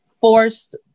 forced